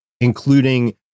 including